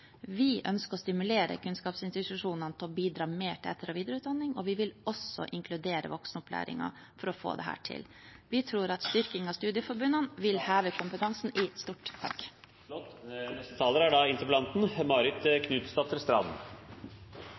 Vi ønsker å stimulerer kunnskapsinstitusjonene til å bidra mer til etter- og videreutdanning, og vi vil også inkludere voksenopplæringen for å få til dette. Vi tror at styrking av studieforbundene vil heve kompetansen i stort.